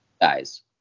guys